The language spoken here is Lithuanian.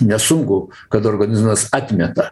nesaugu kad organizmas atmeta